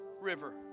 River